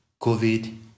COVID